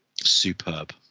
superb